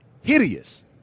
hideous